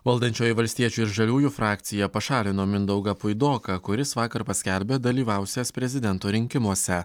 valdančioji valstiečių ir žaliųjų frakcija pašalino mindaugą puidoką kuris vakar paskelbė dalyvausiąs prezidento rinkimuose